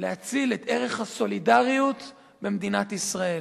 להציל את ערך הסולידריות במדינת ישראל.